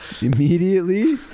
Immediately